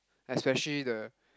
especially the